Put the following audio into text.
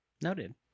Noted